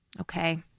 Okay